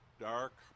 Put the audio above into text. dark